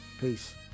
Peace